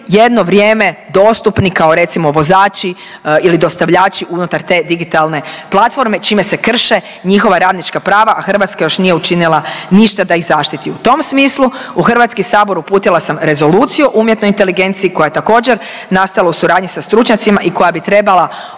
jedno vrijeme dostupni kao recimo vozači ili dostavljači unutar te digitalne platforme čime se krše njihova radnička prava, a Hrvatska još nije učinila ništa da ih zaštiti. U tom smislu u HS uputila sam Rezoluciju o umjetnoj inteligenciji koja je također nastala u suradnji sa stručnjacima…A i koja bi trebala